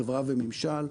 חברה וממשל.